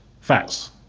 Facts